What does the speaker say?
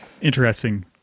Interesting